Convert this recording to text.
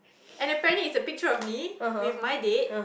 and apparently it's a picture of me with my date